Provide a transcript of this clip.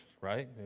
right